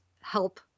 help